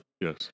Yes